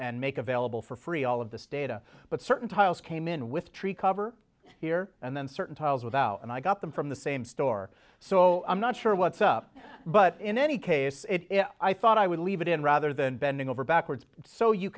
and make available for free all of this data but certain tiles came in with tree cover here and then certain tiles without and i got them from the same store so i'm not sure what's up but in any case i thought i would leave it in rather than bending over backwards so you